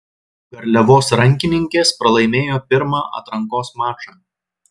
garliavos rankininkės pralaimėjo pirmą atrankos mačą